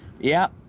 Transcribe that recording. yeah,